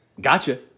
Gotcha